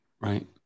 right